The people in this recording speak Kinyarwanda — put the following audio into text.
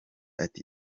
ati